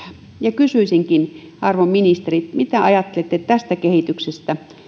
ja kysyisinkin arvon ministeri mitä ajattelette tästä kehityksestä